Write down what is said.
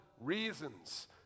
reasons